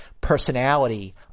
personality